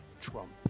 Trump